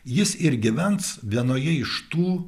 jis ir gyvens vienoje iš tų